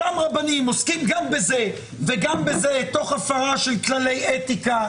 אותם רבנים עוסקים גם בזה וגם בזה תוך הפרה של כללי אתיקה,